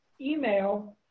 email